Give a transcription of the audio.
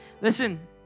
Listen